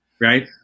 right